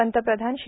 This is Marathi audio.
पंतप्रधान श्री